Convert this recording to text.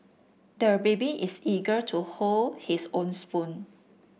the baby is eager to hold his own spoon